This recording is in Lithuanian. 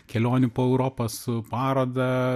kelionių po europą su paroda